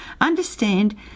understand